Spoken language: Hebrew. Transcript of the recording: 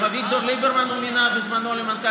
גם את אביגדור ליברמן הוא מינה בזמנו למנכ"ל